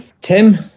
Tim